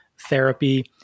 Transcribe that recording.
therapy